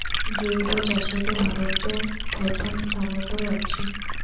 জৈব চাষত ভারত প্রথম স্থানত আছি